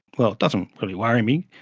well, it doesn't really worry me.